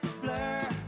blur